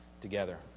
together